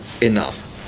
enough